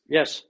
Yes